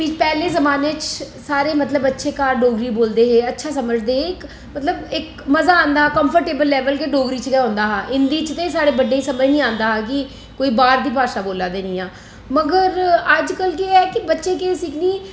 पैहले जमाने च सारे मतलब अच्छे घर डोगरी बोलदे हे अच्छा समझदे हे मतलब इक मजा औंदा हां कम्फटेबल लेबल गै इक डोगरी च गै औंदा हा हिंदी च बड़ें गी समझ नेईं आौंदा हा कि कोई बाह्र दी भाशा बोल्ला दे न जिंया मगर अजकल केह् है कि बच्चे केह् सिक्खनी ऐ